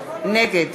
נגד